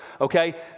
okay